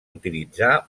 utilitzar